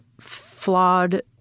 flawed—